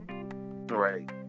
right